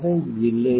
அதை இழு